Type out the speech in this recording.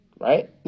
right